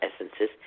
essences